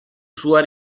sua